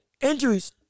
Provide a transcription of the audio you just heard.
injuries